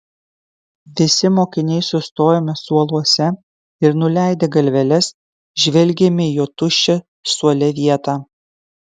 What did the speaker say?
visi mokiniai sustojome suoluose ir nuleidę galveles žvelgėme į jo tuščią suole vietą